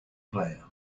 player